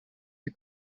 you